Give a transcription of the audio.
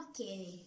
Okay